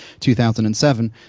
2007